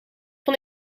van